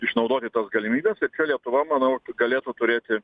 išnaudoti tas galimybes ir čia lietuva manau galėtų turėti